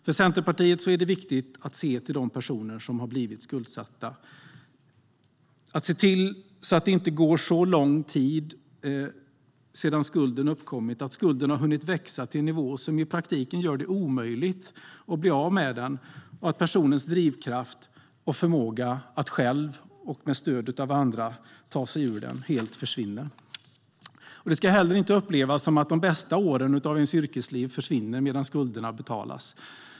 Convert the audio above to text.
För Centerpartiet är det viktigt att se till de personer som blivit skuldsatta och att se till att det inte gått så lång tid sedan skulden uppkom att den hunnit växa till en nivå som i praktiken gör det omöjligt att bli av med den och där personens drivkraft och förmåga att själv eller med stöd av andra ta sig ur den helt försvinner. Det ska heller inte upplevas som att de bästa åren av ens yrkesliv försvinner medan skulderna betalas.